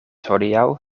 hodiaŭ